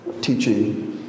teaching